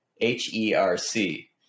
H-E-R-C